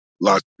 lots